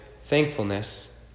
thankfulness